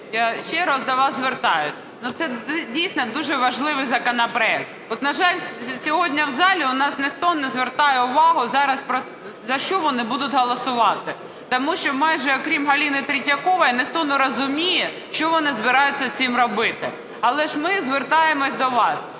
ще раз до вас звертаюся, це дійсно дуже важливий законопроект, на жаль, сьогодні в залі у нас ніхто не звертає увагу за що вони будуть голосувати. Тому що майже, окрім Галини Третьякової, ніхто не розуміє що вони збираються з цим робити. Але ж ми звертаємося до вас,